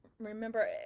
Remember